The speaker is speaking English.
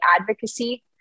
advocacy